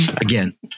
again